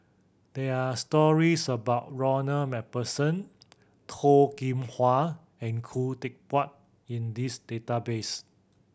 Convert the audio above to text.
there are stories about Ronald Macpherson Toh Kim Hwa and Khoo Teck Puat in this database